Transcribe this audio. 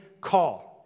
call